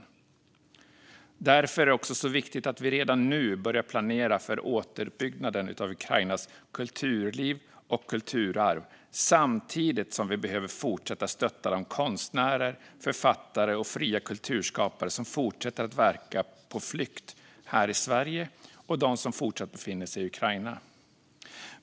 Det är också därför det är så viktigt att vi redan nu börjar planera för återuppbyggnaden av Ukrainas kulturliv och kulturarv, samtidigt som vi behöver fortsätta att stötta de konstnärer, författare och fria kulturskapare som fortsätter att verka - både de som är på flykt här i Sverige och de som fortsatt befinner sig i Ukraina.